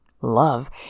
love